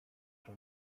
się